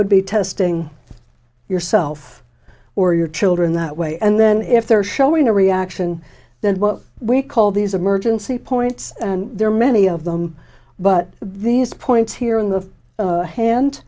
would be testing yourself or your children that way and then if they're showing a reaction then what we call these emergency points and there are many of them but these points here in the hand